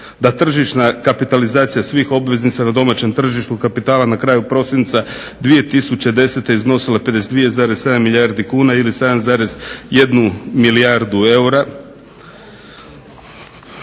je tržišna kapitalizacija svih obveznica na domaćem tržištu kapitala na kraju prosinca 2010. iznosila 52,7 milijardi kuna ili 7,1 milijardu eura.